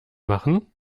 machen